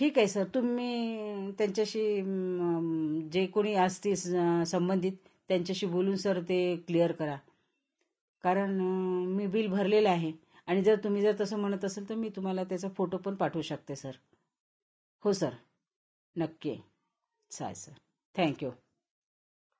ठीक आहे सर तुम्ही त्यांच्याशी जे कोणी असतील ते स संबंधित त्यांच्याशी बोलून सर ते क्लिअर करा कारण मी बिल भरलेलं आहे आणि जर तुमी जर तसं म्हणत असेल तर मी तुम्हाला त्याचा फोटोपण पाठवू शकते सर हो सर नक्की चालेल सर थँक्यू